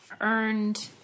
earned